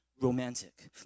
romantic